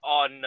on